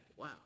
Wow